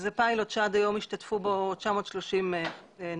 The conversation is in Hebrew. זה פיילוט שעד היום השתתפו בו 930 נאשמים.